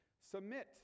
Submit